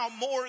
more